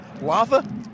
Lava